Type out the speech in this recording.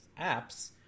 apps